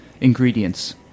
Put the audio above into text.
ingredients